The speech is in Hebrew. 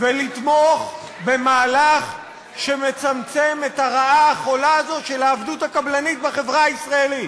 ולתמוך במהלך שמצמצם את הרעה החולה של העבדות הקבלנית בחברה הישראלית.